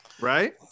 right